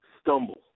stumble